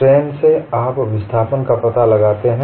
strain से आप विस्थापन का पता लगाते हैं